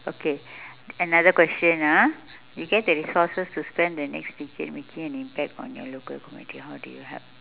okay another question ah you get the resources to spend the next decade making an impact on your local community how did you help